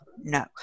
no